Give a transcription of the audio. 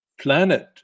planet